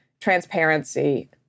transparency